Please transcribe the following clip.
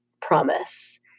promise